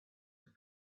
had